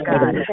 God